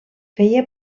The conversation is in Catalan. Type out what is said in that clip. feia